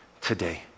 today